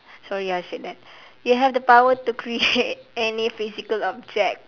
sorry ah I said that you have the power to create any physical object